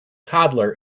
toddler